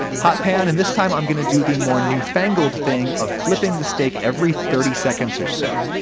hot pan, and this time i'm going to do the more new-fangled thing of flipping the steak every thirty seconds or so.